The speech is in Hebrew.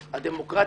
הדמוקרטיה,